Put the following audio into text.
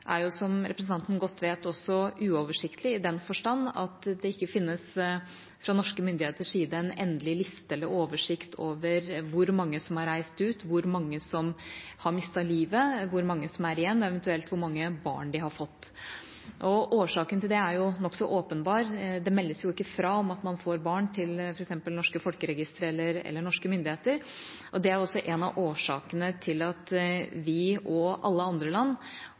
er, som representanten godt vet, uoversiktlig i den forstand at det fra norske myndigheters side ikke finnes en endelig liste eller oversikt over hvor mange som har reist ut, hvor mange som har mistet livet, hvor mange som er igjen, og eventuelt hvor mange barn de har fått. Årsaken til det er nokså åpenbar: Det meldes jo ikke fra om at man får barn til f.eks. det norske folkeregisteret eller norske myndigheter. Det er også en av årsakene til at vi og alle andre land